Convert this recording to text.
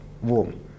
warm